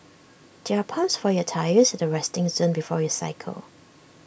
there are pumps for your tyres at the resting zone before you cycle